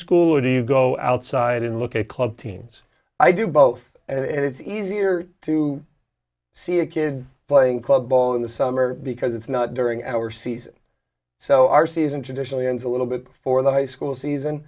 school or do you go outside and look at club teams i do both and it's easier to see a kid playing club ball in the summer because it's not during our season so our season traditionally ends a little bit before the high school season